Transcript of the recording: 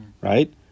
right